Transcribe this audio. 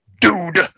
dude